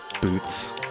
boots